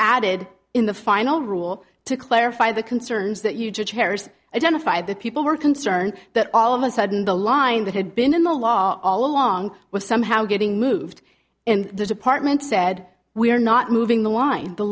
added in the final rule to clarify the concerns that you judge bears identified that people were concerned that all of a sudden the line that had been in the law all along was somehow getting moved and the department said we're not moving the line the